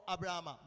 Abraham